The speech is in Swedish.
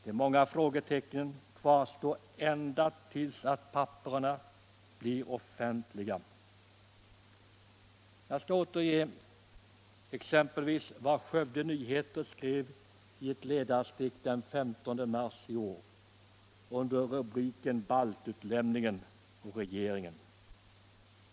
De många frågetecknen kvarstår ända tills papperen blir offentliga. Jag skall återge vad exempelvis Skövde Nyheter skrev i ett ledarstick den 15 mars i år under rubriken Baltutlämningen och regeringen.